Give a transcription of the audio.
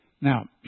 Now